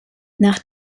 nach